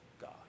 God